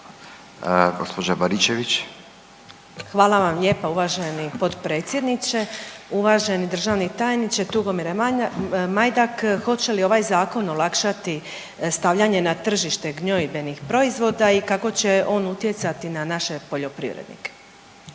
Hvala vam lijepa uvaženi potpredsjedniče. Uvaženi državni tajniče Tugomire Majdak, hoće li ovaj zakon olakšati stavljanje na tržište gnojidbenih proizvoda i kako će on utjecati na naše poljoprivrednike?